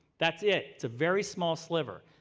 that's it a very small sliver.